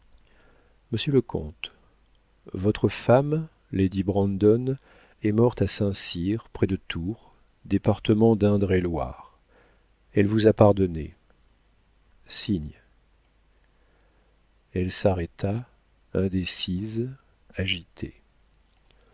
monsieur le comte votre femme lady brandon est morte à saint-cyr près de tours département dindre et loire elle vous a pardonné signe elle s'arrêta indécise agitée